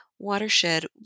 watershed